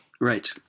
Right